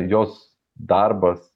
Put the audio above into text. jos darbas